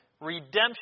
Redemption